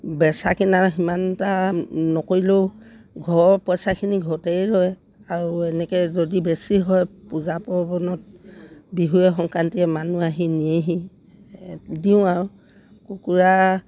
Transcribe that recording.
বেচা কিনা সিমান এটা নকৰিলেও ঘৰৰ পইছাখিনি ঘৰতেই ৰয় আৰু এনেকৈ যদি বেছি হয় পূজা পাৰ্বণত বিহুৱে সংক্ৰান্তিয়ে মানুহ আহি নিয়েহি দিওঁ আৰু কুকুৰা